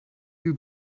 you